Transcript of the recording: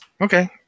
Okay